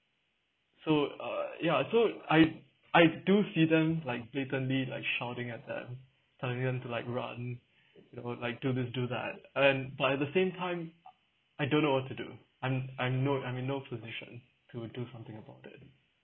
so uh ya so I I do see them like blatantly like shouting at them telling them to like run or like do this do that and then but at the same time I don't know what to do I'm I'm no I'm in no position to do something about it